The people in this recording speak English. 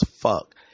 fuck